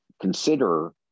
consider